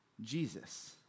Jesus